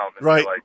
Right